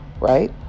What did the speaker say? right